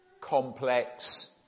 complex